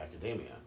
Academia